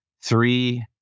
three